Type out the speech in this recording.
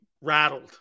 rattled